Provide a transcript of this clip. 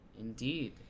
Indeed